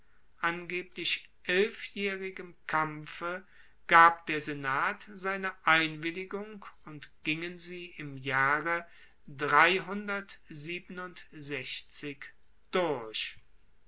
angeblich elfjaehrigem kampfe gab endlich der senat seine einwilligung und gingen sie im jahre durch